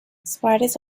spiders